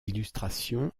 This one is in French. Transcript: illustrations